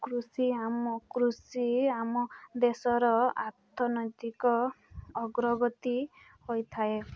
କୃଷି ଆମ କୃଷି ଆମ ଦେଶର ଆର୍ଥନୈତିକ ଅଗ୍ରଗତି ହୋଇଥାଏ